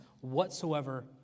whatsoever